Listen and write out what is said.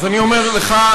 אז אני אומר לך,